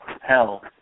hell